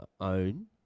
own